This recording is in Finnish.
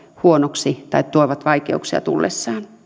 huonoksi tai tuovat vaikeuksia tullessaan